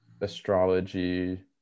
astrology